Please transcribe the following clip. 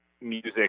music